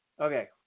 Okay